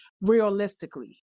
realistically